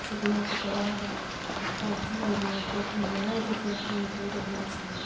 सिखलहुॅं तकर बाद आ फाइव जी आयल हँ फाइव जी मोबाइल से सब काम करि रहल छी